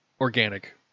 organic